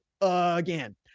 again